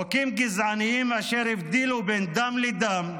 חוקים גזעניים אשר הבדילו בין דם לדם,